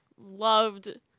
loved